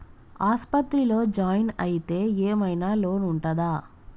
ఆస్పత్రి లో జాయిన్ అయితే ఏం ఐనా లోన్ ఉంటదా?